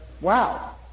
wow